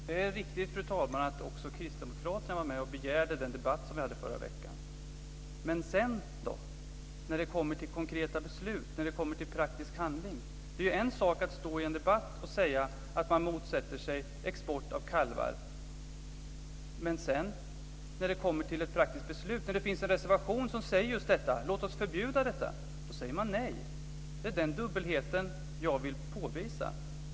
Fru talman! Det är riktigt att också Kristdemokraterna var med och begärde den debatt som vi hade förra veckan. Men vad händer sedan, när det kommer till konkreta beslut och praktiskt handling? Det är en sak att i en debatt säga att man motsätter sig export av kalvar. När det sedan finns en reservation som säger att man ska förbjuda detta, säger man nej. Det är den dubbelheten jag vill påvisa.